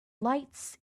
lights